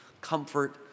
comfort